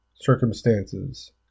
circumstances